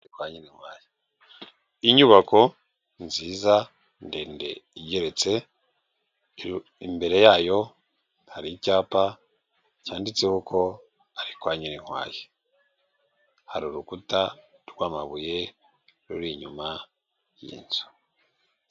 Ni kwa Nyirinkwaya, inyubako nziza, ndende igeretse, imbere yayo hari icyapa cyanditseho ko ari kwa Nyirinkwaya, hari urukuta rw'amabuye ruri inyuma y'inzu.